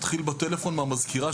מתחיל בטלפון מהמזכירה,